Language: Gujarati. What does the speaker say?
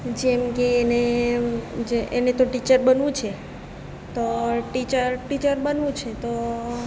જેમ કે એને એને તો ટીચર બનવું છે તો ટીચર ટીચર બનવું છે તો